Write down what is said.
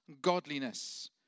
Godliness